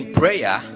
prayer